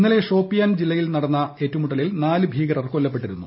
ഇന്നലെ ഷോപ്പിയൻ ജില്ലയിൽ നടന്ന ഏറ്റുമുട്ടലിൽ നാല് ഭീകരർ കൊല്ലപ്പെട്ടിരുന്നു